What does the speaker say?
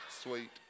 sweet